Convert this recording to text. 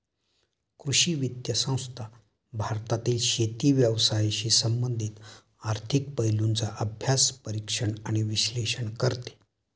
कृषी वित्त संस्था भारतातील शेती व्यवसायाशी संबंधित आर्थिक पैलूंचा अभ्यास, परीक्षण आणि विश्लेषण करते